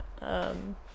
um-